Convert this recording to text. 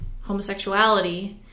homosexuality